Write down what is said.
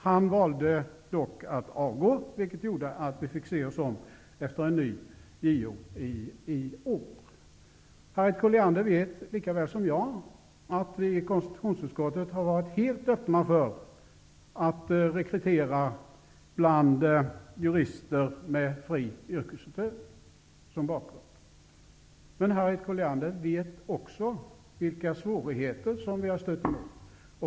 Han valde dock att avgå, vilket gjorde att vi i år fick se oss om efter en ny JO. Harriet Colliander vet lika väl som jag att vi i konstitutionsutskottet har varit helt öppna för att rekrytera bland jurister med fri yrkesutövning som bakgrund. Harriet Colliander vet också vilka svårigheter som finns.